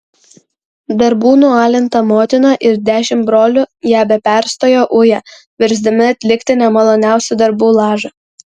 darbų nualinta motina ir dešimt brolių ją be perstojo uja versdami atlikti nemaloniausių darbų lažą